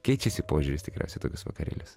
keičiasi požiūris tikriausiai į tokius vakarėlius